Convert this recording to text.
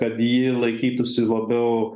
kad ji laikytųsi labiau